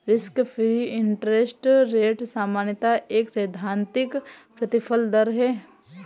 risk free interest rate सामान्यतः एक सैद्धांतिक प्रतिफल दर है